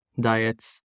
diets